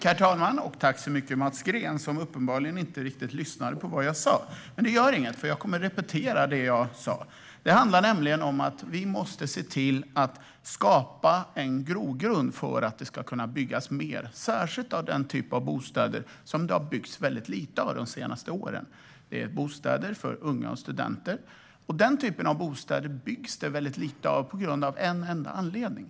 Herr talman! Mats Green lyssnade uppenbarligen inte riktigt på vad jag sa, men det gör inget, för jag kommer att repetera det. Det handlar nämligen om att vi måste se till att skapa en grogrund för att det ska kunna byggas mer, särskilt av den typ av bostäder som det har byggts väldigt lite av de senaste åren. Det är bostäder för unga och studenter. Det byggs väldigt lite av den typen av bostäder av en enda anledning.